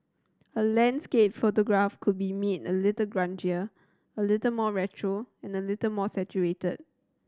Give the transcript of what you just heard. a landscape photograph could be made a little grungier a little more retro and a little more saturated